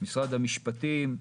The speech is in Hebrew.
משרד המשפטים,